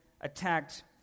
attacked